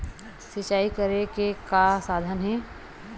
सिंचाई करे के का साधन हे?